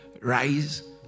rise